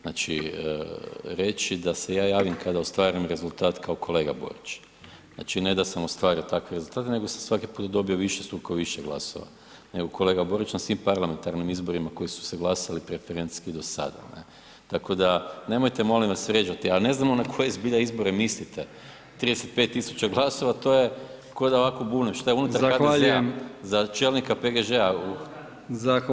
Znači reći da se ja javim kada ostvarim rezultat kao kolega Borić, znači ne da sam ostvario takve rezultate nego se svaki put dobio višestruko više glasova nego kolega Borić na svim parlamentarnim izborima koji su se glasali preferencijski do sad, ne, tako da nemojte molim vas vrijeđati, a ne znamo na koje zbilja izbore mislite, 35 tisuća glasova to je ko da ovako bubnem, šta je unutar HDZ-a za čelnika PGŽ-a, aha, ok.